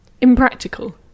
Impractical